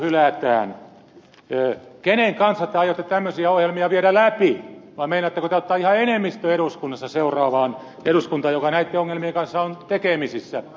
kenen kanssa te aiotte tämmöisiä ohjelmia viedä läpi vai meinaatteko te ottaa ihan enemmistön seuraavaan eduskuntaan joka näitten ongelmien kanssa on tekemisissä